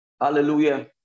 Hallelujah